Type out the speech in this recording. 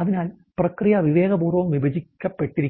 അതിനാൽ പ്രക്രിയ വിവേകപൂർവ്വം വിഭജിക്കപ്പെട്ടിരിക്കുന്നു